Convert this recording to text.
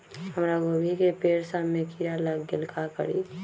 हमरा गोभी के पेड़ सब में किरा लग गेल का करी?